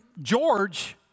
George